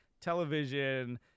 television